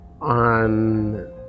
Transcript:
on